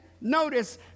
notice